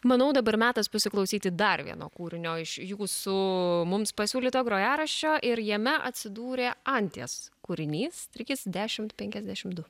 manau dabar metas pasiklausyti dar vieno kūrinio iš jūsų mums pasiūlyto grojaraščio ir jame atsidūrė anties kūrinys trys dešimt penkiasdešimt du